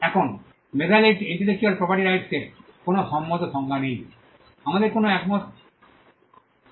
এখন মেধা intellectual property rights এর কোনও সম্মত সংজ্ঞা নেই আমাদের কোনও একমত সংজ্ঞা নেই